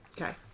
Okay